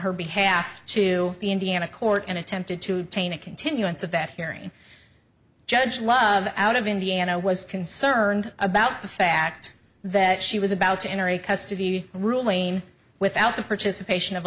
her behalf to the indiana court and attempted to taint a continuance of that hearing judge love out of indiana was concerned about the fact that she was about to enter a custody ruling without the participation of